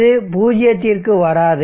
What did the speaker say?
இது பூஜ்ஜியத்திற்கு வராது